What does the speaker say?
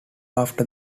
after